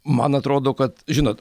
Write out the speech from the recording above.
man atrodo kad žinot